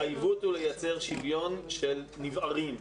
העיוות הוא לייצר שוויון של נבערים.